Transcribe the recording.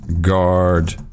Guard